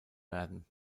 werden